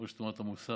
ראש תנועת המוסר,